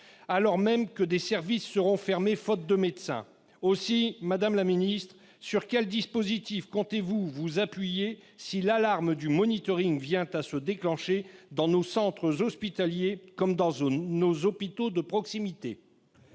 alors même que des services seront fermés, faute de médecins. Madame la ministre, sur quels dispositifs comptez-vous vous appuyer si l'alarme du vient à se déclencher dans nos centres hospitaliers comme dans nos hôpitaux de proximité ?